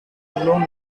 blown